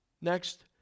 Next